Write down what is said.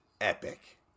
epic